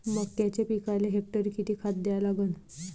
मक्याच्या पिकाले हेक्टरी किती खात द्या लागन?